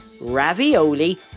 ravioli